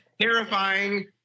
terrifying